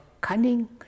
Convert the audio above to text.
cunning